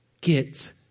get